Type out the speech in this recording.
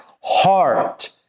heart